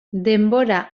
denbora